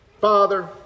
Father